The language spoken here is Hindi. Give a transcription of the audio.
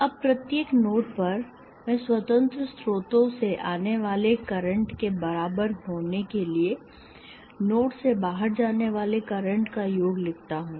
अब प्रत्येक नोड पर मैं स्वतंत्र स्रोतों से आने वाले करंट के बराबर होने के लिए नोड से बाहर जाने वाले करंट का योग लिखता हूं